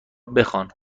بخوان